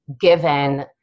given